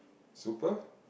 super